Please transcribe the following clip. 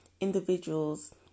individuals